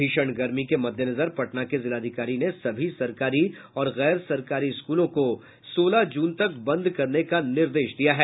भीषण गर्मी को पटना के जिलाधिकारी ने सभी सरकारी और गैरसरकारी स्कूलों को सोहल जून तक बंद करने का आदेश दिया है